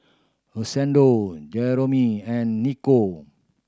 Rosendo Jerome and Nico